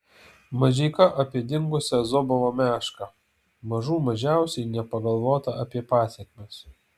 mažeika apie dingusią zobovo mešką mažų mažiausiai nepagalvota apie pasekmes